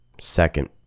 second